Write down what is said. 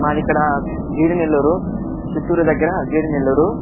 మాదిక్కడా G D Nellore Chittoor దగ్గర G D Nellore